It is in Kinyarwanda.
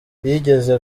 yigeze